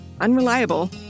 unreliable